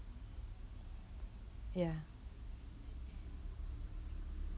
ya